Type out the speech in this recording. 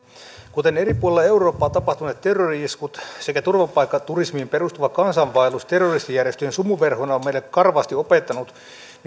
kuten eri puolilla eurooppaa tapahtuneet terrori iskut sekä turvapaikkaturismiin perustuva kansanvaellus terroristijärjestöjen sumuverhona ovat meille karvaasti opettaneet